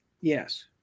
Yes